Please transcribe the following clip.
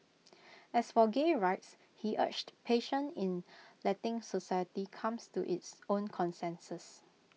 as for gay rights he urged patience in letting society comes to its own consensus